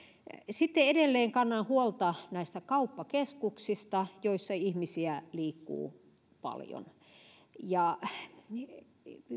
sitten edelleen kannan huolta kauppakeskuksista joissa ihmisiä liikkuu paljon